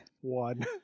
One